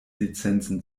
lizenzen